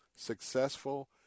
successful